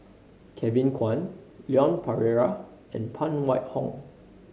Kevin Kwan Leon Perera and Phan Wait Hong